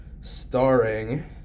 starring